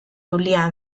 eulia